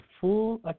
full